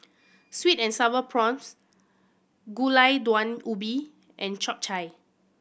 sweet and Sour Prawns Gulai Daun Ubi and Chap Chai